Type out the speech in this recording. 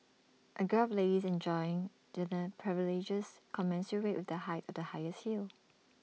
A group of ladies enjoys dining privileges commensurate with the height of the highest heel